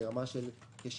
לרמה של כ-73%.